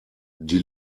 die